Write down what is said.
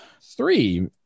Three